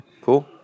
Cool